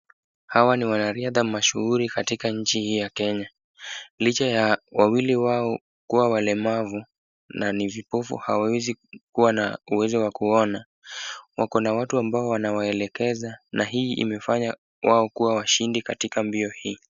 Hawa ni wanariadha mshuhuri katika nchi hii ya Kenya. Licha ya wawili wao kuwa walemavu na ni vipofu hawawezi kuwa na uwezo wa kuona, wako na watu ambao wanawaelekeza, na hii imefanya wao kuwa washindi katika mbio hii.